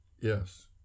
Yes